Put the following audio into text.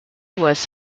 was